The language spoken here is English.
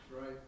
right